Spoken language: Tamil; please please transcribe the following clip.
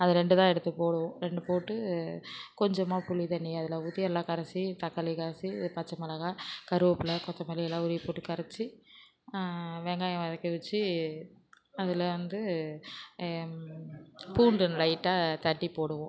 அதை ரெண்டு தான் எடுத்துப் போடுவோம் ரெண்டு போட்டு கொஞ்சமாக புளித்தண்ணியை அதில் ஊற்றி எல்லாம் கரைச்சி தக்காளி கரைச்சி இது பச்சமிளகா கருவேப்பில கொத்தமல்லி எல்லாம் உருவிப் போட்டு கரைச்சி வெங்காயம் வதக்கி வச்சு அதில் வந்து பூண்டு லைட்டாக தட்டிப் போடுவோம்